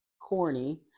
corny